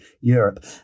Europe